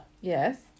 yes